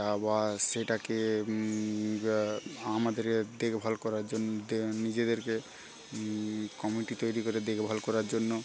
আবার সেটাকে আমাদের এ দেখভাল করার জন্য দে নিজেদেরকে কমিটি তৈরি করে দেখভাল করার জন্য